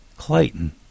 clayton